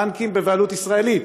בנקים בבעלות ישראלית,